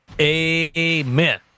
Amen